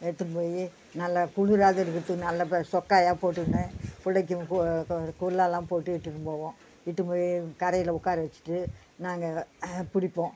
எடுத்துன்னு போய் நல்லா குளிராது இருக்கிறத்துக்கு நல்லா பா சொக்காயாக போட்டுங்கினு பிள்ளைக்கி போ குள்ளாலெல்லாம் போட்டு இட்டுனு போவோம் இட்டுனு போய் கரையில் உட்கார வச்சுட்டு நாங்கள் பிடிப்போம்